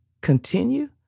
continue